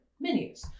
menus